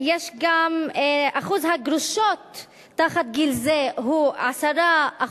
גם אחוז הגרושות מתחת לגיל זה הוא 10%,